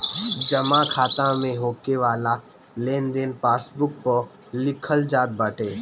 जमा खाता में होके वाला लेनदेन पासबुक पअ लिखल जात बाटे